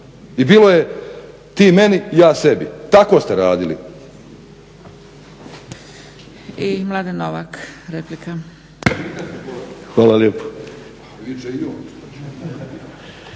I bilo je ti meni, ja sebi, tako ste radili.